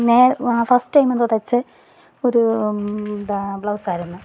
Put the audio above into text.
first time എന്തോ തയ്ച്ച ഒരു എന്താ ബ്ലൗസായിരുന്നു